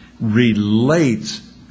relates